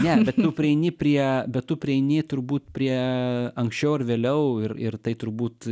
ne bet tu prieini prie bet tu prieini turbūt prie anksčiau ar vėliau ir ir tai turbūt